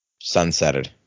Sunsetted